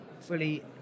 fully